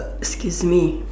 excuse me